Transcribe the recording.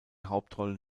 hauptrollen